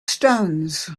stones